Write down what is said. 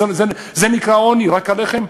רק הלחם?